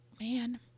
man